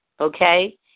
Okay